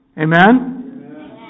Amen